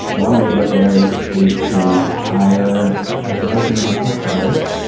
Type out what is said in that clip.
one way to get there is is to hire a dozen test writers,